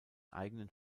eigenen